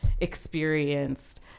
experienced